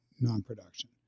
non-production